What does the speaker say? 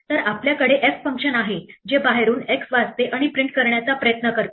तर आपल्याकडे f function आहे जे बाहेरून x वाचते आणि प्रिंट करण्याचा प्रयत्न करते